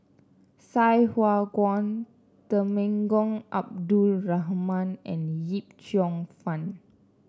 Sai Hua Kuan Temenggong Abdul Rahman and Yip Cheong Fun